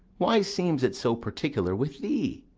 why seems it so particular with thee?